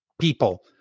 people